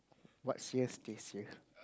what's here stays here